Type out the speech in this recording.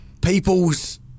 people's